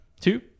Two